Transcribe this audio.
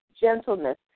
gentleness